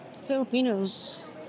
Filipinos